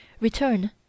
return